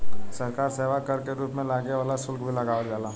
सरकार सेवा कर के रूप में लागे वाला शुल्क भी लगावल जाला